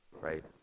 right